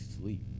sleep